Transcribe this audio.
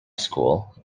school